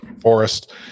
forest